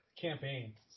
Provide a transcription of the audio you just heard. campaign